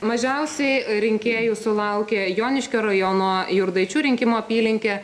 mažiausiai rinkėjų sulaukė joniškio rajono jurgaičių rinkimų apylinkė